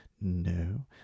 No